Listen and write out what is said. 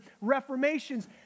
reformations